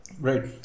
Right